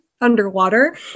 underwater